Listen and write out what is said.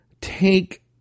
take